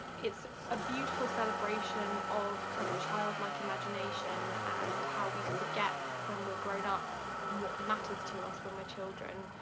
it's a beautiful celebration of kind of childlike imagination and how we forget when we're grown-up what matters to us when we're children.